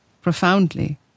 profoundly